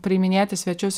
priiminėti svečius